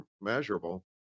measurable